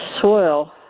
soil